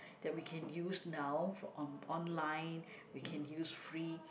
that we can use now on online we can use free